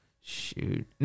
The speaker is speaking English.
Shoot